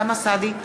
אוסאמה סעדי,